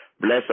Bless